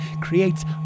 creates